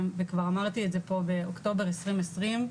וכבר אמרתי את זה פה באוקטובר 2020,